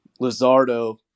Lizardo